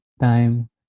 time